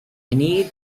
need